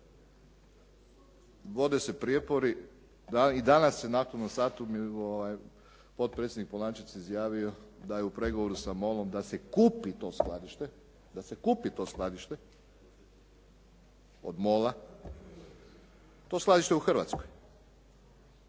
vode se prijepori i danas je na aktualnom satu potpredsjednik Polančec izjavio da je u pregovoru sa MOL-om, da se kupi to skladište od MOL-a, to skladište u Hrvatskoj.